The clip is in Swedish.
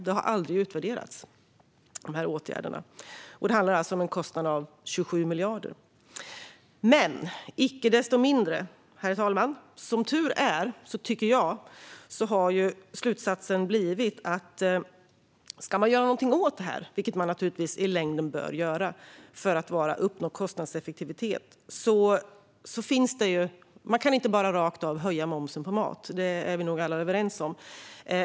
Dessa åtgärder har aldrig utvärderats, och det handlar alltså om en kostnad på 27 miljarder. Riksrevisionens rapport om nedsatt moms på livsmedel Men icke desto mindre har, som tur är, slutsatsen blivit att om man ska göra något åt detta - det bör man naturligtvis göra i längden för att uppnå kostnadseffektivitet - kan man inte bara rakt av höja momsen på mat. Det är vi nog alla överens om.